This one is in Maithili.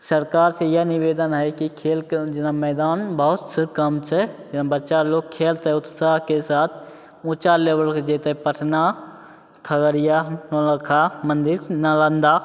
सरकारके इएह निबेदन हय कि खेलके जेना मैदान बहुत से काम छै जाहिमे बच्चा लोक खेलतै उत्साहके साथ ऊँचा लेबलके जेतै पटना खगड़िआ नौलखा मंदिर नालन्दा